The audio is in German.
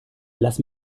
lass